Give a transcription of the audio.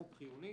החוק חיוני,